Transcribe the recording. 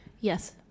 Yes